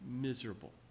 miserable